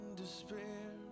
despair